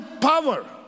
power